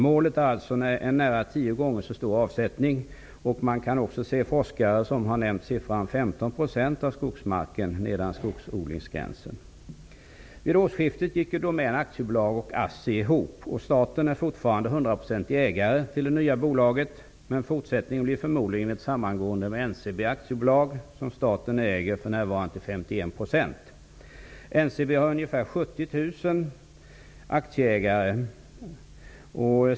Målet är alltså en nära tio gånger så stor avsättning. Det finns också forskare som har nämnt siffran 15 % av skogsmarken nedanför skogsodlingsgränsen. Staten är fortfarande till 100 > e% ägare till det nya bolaget. Men fortsättningen blir förmodligen ett sammangående med NCB AB, som staten för närvarande äger till 51 %. NCB har ungefär 70 000 aktieägare.